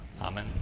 Amen